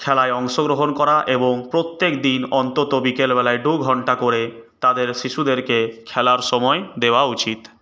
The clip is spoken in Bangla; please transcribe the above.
খেলায় অংশগ্রহণ করা এবং প্রত্যেকদিন অন্তত বিকেলবেলায় দুঘণ্টা করে তাদের শিশুদেরকে খেলার সময় দেওয়া উচিত